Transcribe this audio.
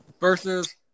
versus